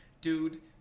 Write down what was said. dude